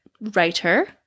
writer